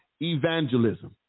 evangelism